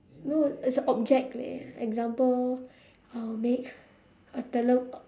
no it's a object leh example I'll make a tele~